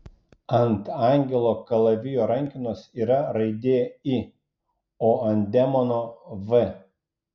ant angelo kalavijo rankenos yra raidė i o ant demono v